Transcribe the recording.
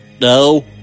No